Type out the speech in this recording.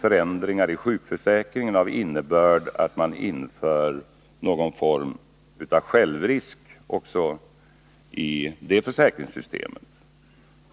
förändringar i sjukförsäkringen av innebörd att man inför någon form av självrisk också i det försäkringssystemet.